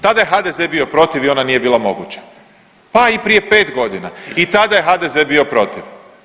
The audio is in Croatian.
Tada je HDZ bio protiv i ona nije bila moguća, pa i prije 5 godina i tada je HDZ bio protiv.